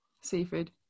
seafood